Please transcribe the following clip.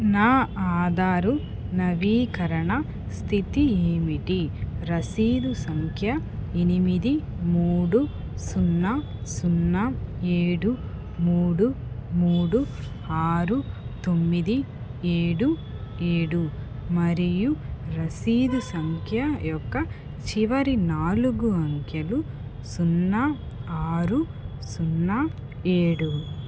నా ఆధారు నవీకరణ స్థితి ఏమిటి రసీదు సంఖ్య ఎనిమిది మూడు సున్నా సున్నా ఏడు మూడు మూడు ఆరు తొమ్మిది ఏడు ఏడు మరియు రసీదు సంఖ్య యొక్క చివరి నాలుగు అంకెలు సున్నా ఆరు సున్నా ఏడు